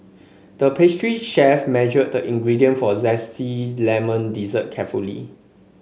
the pastry chef measured the ingredient for a zesty lemon dessert carefully